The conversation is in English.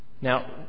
Now